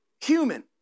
human